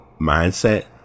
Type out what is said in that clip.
mindset